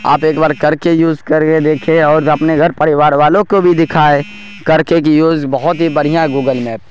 آپ ایک بار کر کے یوز کر کے دیکھیں اور اپنے گھر پریوار والوں کو بھی دکھائے کر کے کہ یوز بہت ہی بڑھیا ہے گوگل میپ